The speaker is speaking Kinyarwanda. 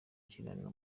ikiganiro